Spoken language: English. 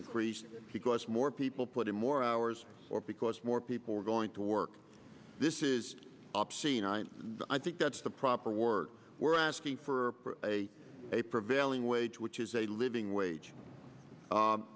increased because more people put in more hours or because more people are going to work this is obscene i think that's the proper work we're asking for a a prevailing wage which is a living wage